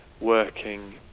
working